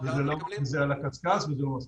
זה על הקשקש וזה לא מספיק.